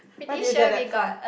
where do you get that from